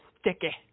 sticky